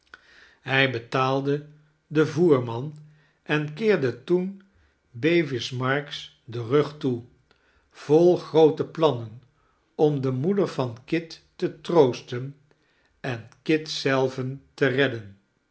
hij betaalde den voerman en keerde toen bevis marks den rug toe vol groote plannen om de moeder van kit te troosten en kit zelven te redden